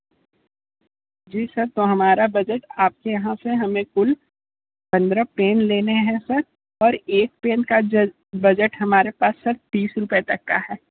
जी sir तो हमारा budget आपके यहां से हमें कुल पंद्रह पेन लेने हैं सर और एक पेन का जज बजट हमारे पास सर तीस रुपये तक का है